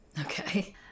Okay